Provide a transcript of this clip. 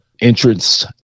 entrance